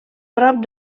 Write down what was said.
prop